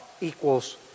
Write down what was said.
equals